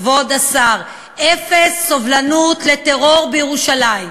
כבוד השר: אפס סובלנות לטרור בירושלים,